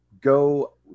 go